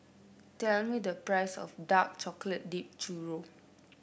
tell me the price of Dark Chocolate Dipped Churro